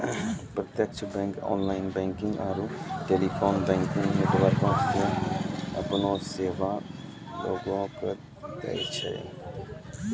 प्रत्यक्ष bank online banking आरू telephone banking नेटवर्को से अपनो सेबा लोगो के दै छै